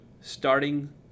starting